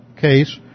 case